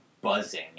buzzing